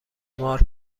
مار